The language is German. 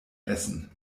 essen